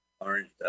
orange